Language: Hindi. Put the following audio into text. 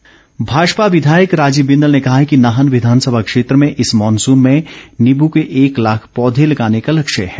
बिंदल भाजपा विधायक राजीव बिंदल ने कहा है कि नाहन विधानसभा क्षेत्र में इस मॉनसून में नींबू के एक लाख पौधे लगाने का लक्ष्य है